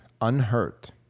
unhurt